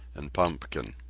and pumpkin.